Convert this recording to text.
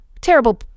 terrible